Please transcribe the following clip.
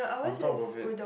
on top of it